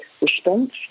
response